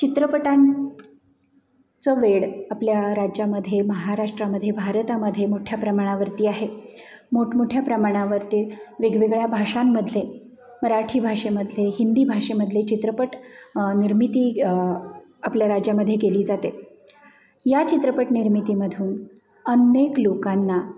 चित्रपटांचं वेड आपल्या राज्यामध्ये महाराष्ट्रामध्ये भारतामध्ये मोठ्या प्रमाणावरती आहे मोठमोठ्या प्रमाणावरती वेगवेगळ्या भाषांमधले मराठी भाषेमधले हिंदी भाषेमधले चित्रपट निर्मिती आपल्या राज्यामध्ये केली जाते या चित्रपट निर्मितीमधून अनेक लोकांना